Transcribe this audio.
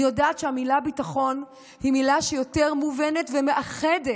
אני יודעת שהמילה "ביטחון" היא מילה יותר מובנת ומאחדת